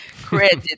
credit